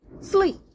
Sleep